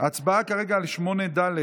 הצבעה כרגע על 8 ד'.